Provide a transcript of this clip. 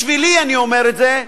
בשבילי, אני אומר את זה,